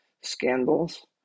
scandals